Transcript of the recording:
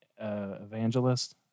evangelist